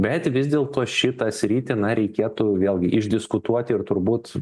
bet vis dėlto šitą sritį na reikėtų vėlgi išdiskutuoti ir turbūt